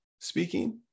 speaking